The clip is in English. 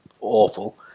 awful